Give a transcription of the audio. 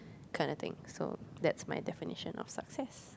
kind of thing so that's my definition of success